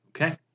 Okay